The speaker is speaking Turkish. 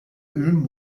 ürün